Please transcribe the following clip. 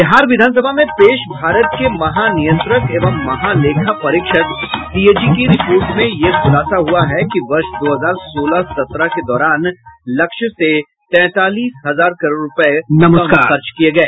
बिहार विधानसभा में पेश भारत के महानियंत्रक एवं महालेखा परीक्षक सीएजी की रिपोर्ट में यह खुलासा हुआ है कि वर्ष दो हजार सोलह सत्रह के दौरान लक्ष्य से तैंतालीस हजार करोड़ रूपये कम खर्च किये गये